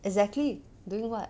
exactly doing what